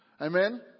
amen